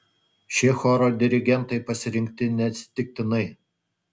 šie choro dirigentai pasirinkti neatsitiktinai